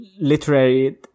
literary